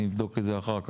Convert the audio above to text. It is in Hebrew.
נבדוק את זה אחר כך.